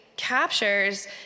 Captures